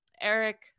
Eric